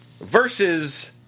versus